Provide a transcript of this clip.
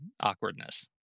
awkwardness